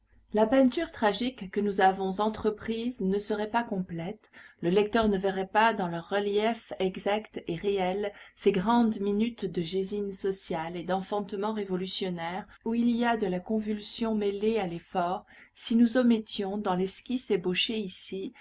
la peinture tragique que nous avons entreprise ne serait pas complète le lecteur ne verrait pas dans leur relief exact et réel ces grandes minutes de gésine sociale et d'enfantement révolutionnaire où il y a de la convulsion mêlée à l'effort si nous omettions dans l'esquisse ébauchée ici